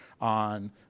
on